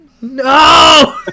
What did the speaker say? No